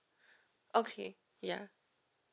okay ya